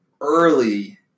early